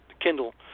kindle